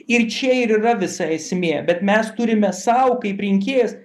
ir čia yra visa esmė bet mes turime sau kaip rinkėjas